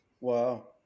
Wow